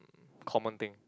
common thing